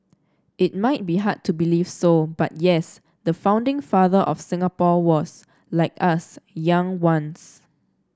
it might be hard to believe so but yes the founding father of Singapore was like us young once